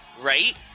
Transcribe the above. right